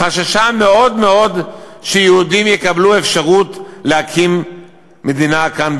חששה מאוד מאוד שיהודים יקבלו אפשרות להקים מדינה כאן,